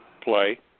play